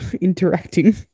interacting